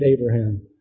Abraham